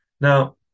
Now